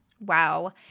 Wow